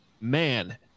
Man